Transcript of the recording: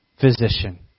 physician